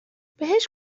بهش